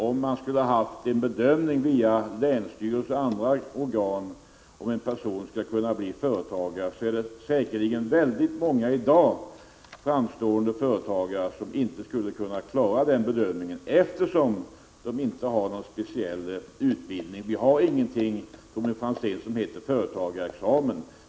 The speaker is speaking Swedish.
Om man skulle införa en bedömning via länsstyrelser eller andra organ av om en person skall kunna bli företagare, är det säkerligen många i dag framstående företagare som inte skulle klara den bedömningen, eftersom de inte har någon speciell utbildning. Vi har, Tommy Franzén, ingenting som heter företagarexamen.